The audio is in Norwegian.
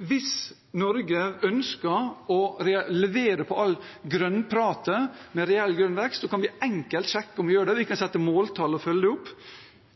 Hvis Norge ønsker å levere på alt grønnpratet når det gjelder grønn vekst, kan vi enkelt sjekke om vi gjør det. Vi kan sette måltall og følge dem opp.